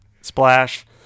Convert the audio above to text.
Splash